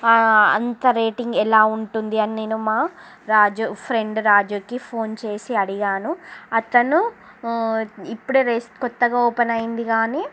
అంత రేటింగ్ ఎలా ఉంటుంది అని నేను మా రాజు ఫ్రెండ్ రాజుకి ఫోన్ చేసి అడిగాను అతను ఇప్పుడే కొత్తగా ఓపెన్ అయింది కానీ